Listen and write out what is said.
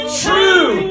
true